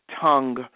tongue